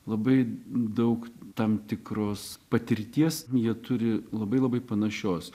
labai daug tam tikros patirties jie turi labai labai panašios